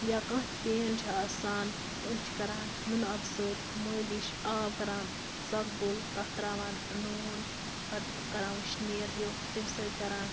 یا کانٛہہ تہِ پین چھِ آسان تہٕ أسۍ چھِ کَران نُنہٕ آب سۭتۍ مٲلِش آب کَران سۄکبُل تَتھ ترٛاوان نوٗن پَتہٕ کَران وُشنیر ہیٛو تَمہِ سۭتۍ کَران